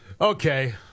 Okay